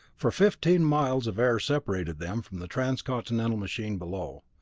for fifteen miles of air separated them from the transcontinental machine below.